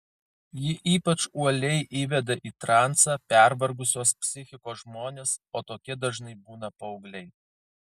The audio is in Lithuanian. ji ypač uoliai įveda į transą pervargusios psichikos žmones o tokie dažnai būna paaugliai